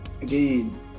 again